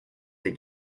ses